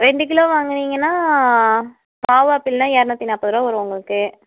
ரெண்டு கிலோ வாங்குனீங்கன்னால் மாவு ஆப்பிள்ன்னா இரநூத்தி நாற்பதுருவா வரும் உங்களுக்கு